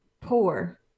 poor